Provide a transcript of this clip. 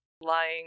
lying